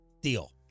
deal